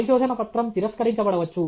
పరిశోధన పత్రం తిరస్కరించబడవచ్చు